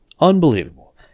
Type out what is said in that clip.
Unbelievable